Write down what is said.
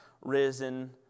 risen